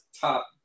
top